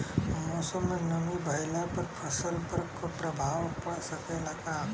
मौसम में नमी भइला पर फसल पर प्रभाव पड़ सकेला का?